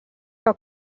que